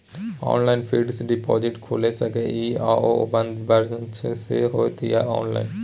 Online fixed deposit खुईल सके इ आ ओ बन्द ब्रांच स होतै या ऑनलाइन?